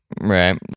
right